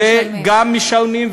גם משלמים.